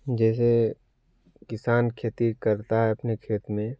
जैसे किसान खेती करता है अपने खेत में